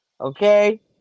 Okay